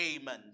Amen